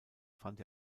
fand